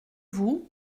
vous